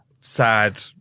sad